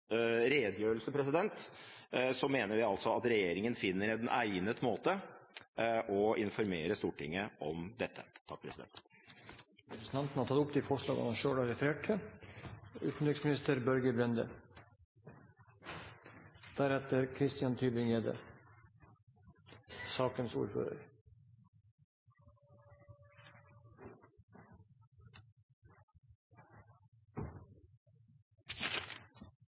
mener vi at regjeringen finner en egnet måte å informere Stortinget om dette på. Representanten Rasmus Hansson har tatt opp det forslaget han